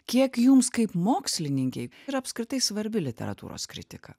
kiek jums kaip mokslininkei yra apskritai svarbi literatūros kritika